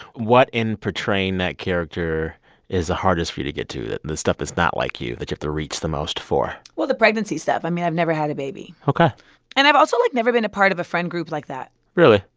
what in portraying that character is the hardest for you to get to? the stuff that's not like you, that you have to reach the most for well, the pregnancy stuff i mean, i've never had a baby ok and i've also, like, never been a part of a friend group like that really?